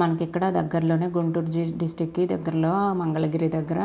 మనకిక్కడ దగ్గర్లోని గుంటూరు డి డిస్టిక్కి దగ్గరలో మంగళగిరి దగ్గర